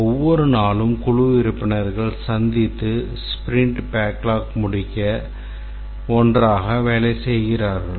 ஒவ்வொரு நாளும் குழு உறுப்பினர்கள் சந்தித்து ஸ்பிரிண்ட் பேக்லாக் முடிக்க ஒன்றாக வேலை செய்கிறார்கள்